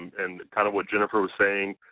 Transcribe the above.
and kind of what jennifer was saying,